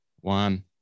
One